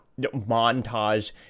montage